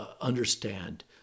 understand